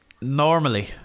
normally